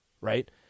right